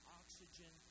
oxygen